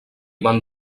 van